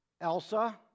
Elsa